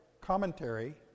commentary